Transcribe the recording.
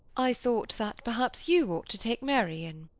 i thought that perhaps you ought to take mary in.